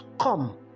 come